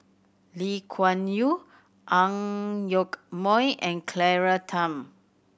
Lee Kuan Yew Ang Yoke Mooi and Claire Tham